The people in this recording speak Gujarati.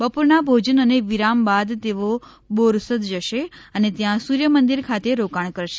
બપોરના ભોજન અને વિરામ બાદ તેઓ બોરસદ જશે અને ત્યાં સૂર્યમંદિર ખાતે રોકાણ કરશે